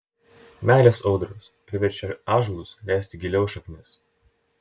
meilės audros priverčia ąžuolus leisti giliau šaknis